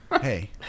Hey